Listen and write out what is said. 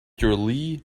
lee